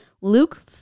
Luke